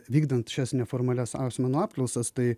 vykdant šias neformalias asmenų apklausas tai